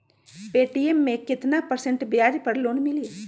Paytm मे केतना percent ब्याज पर लोन मिली?